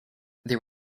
there